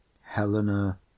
helena